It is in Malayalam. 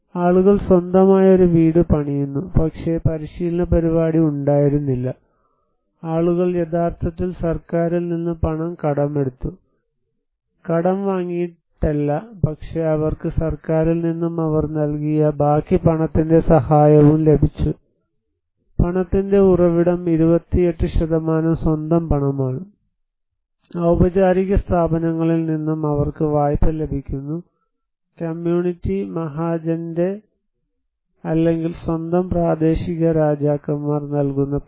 ആളുകൾ സ്വന്തമായി ഒരു വീട് പണിയുന്നു പക്ഷേ പരിശീലന പരിപാടി ഉണ്ടായിരുന്നില്ല ആളുകൾ യഥാർത്ഥത്തിൽ സർക്കാരിൽ നിന്ന് പണം കടമെടുത്തു കടം വാങ്ങിയിട്ടില്ല പക്ഷേ അവർക്ക് സർക്കാരിൽ നിന്നും അവർ നൽകിയ ബാക്കി പണത്തിന്റെ സഹായവും ലഭിച്ചു പണത്തിന്റെ ഉറവിടം 28 സ്വന്തം പണമാണ് ഔപചാരിക സ്ഥാപനങ്ങളിൽ നിന്നും അവർക്ക് വായ്പ ലഭിക്കുന്നു കമ്മ്യൂണിറ്റി മഹാജന്റെ community Mahajans അല്ലെങ്കിൽ സ്വന്തം പ്രാദേശിക രാജാക്കന്മാർ നൽകുന്ന പണം